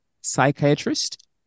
psychiatrist